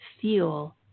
fuel